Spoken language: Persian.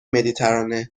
مدیترانه